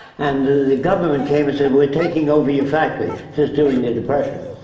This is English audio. and the government came and said we're taking over your factory. this is during the depression.